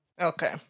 Okay